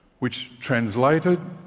which, translated,